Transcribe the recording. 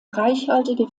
reichhaltige